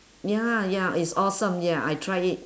ya ya is awesome ya I tried it